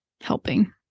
helping